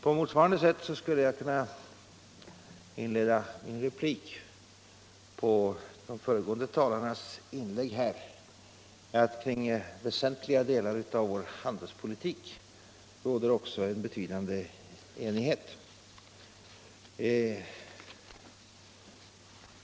På motsvarande sätt skulle jag kunna inleda min replik på de föregående talarnas inlägg med att säga att det också kring väsentliga delar av vår handelspolitik råder betydande enighet.